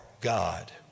God